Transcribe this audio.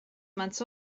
months